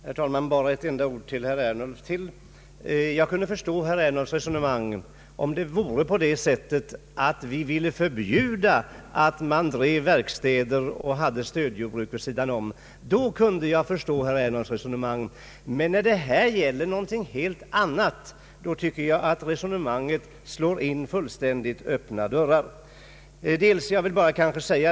Herr talman! Bara ytterligare ett par ord till herr Ernulf. Jag kunde förstått herr Ernulfs resonemang, om vi ville förbjuda att man drev verkstäder och hade stödjordbruk vid sidan om. Men när det här gäller någonting helt annat, tycker jag att han i sitt resonemang slår in fullkomligt öppna dörrar.